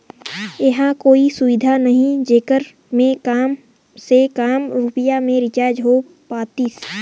ऐसा कोई सुविधा नहीं जेकर मे काम से काम रुपिया मे रिचार्ज हो पातीस?